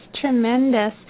tremendous